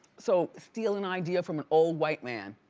so steal an idea from an old white man.